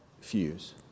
fuse